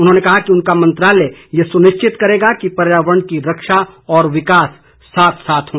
उन्होंने कहा कि उनका मंत्रालय यह सुनिश्चित करेगा कि पर्यावरण की रक्षा और विकास साथ साथ हों